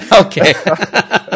Okay